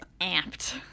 amped